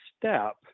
step